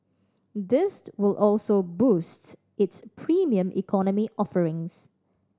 this will also boosts its Premium Economy offerings